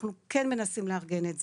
אנחנו כן מנסים לארגן את זה.